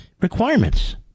requirements